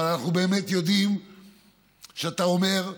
אבל אנחנו באמת יודעים שאתה אומר,